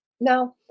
now